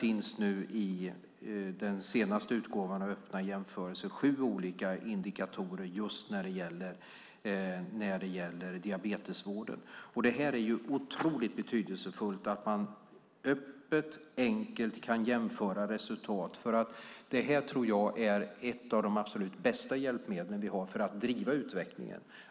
I den senaste utgåvan av Öppna jämförelser finns det sju indikatorer när det gäller diabetesvården. Det är kolossalt betydelsefullt att man enkelt kan jämföra resultat. Jag tror att det är ett av de bästa hjälpmedlen för att driva utvecklingen.